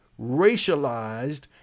racialized